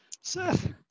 Seth